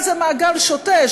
ואז זה מעגל שוטה,